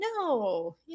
no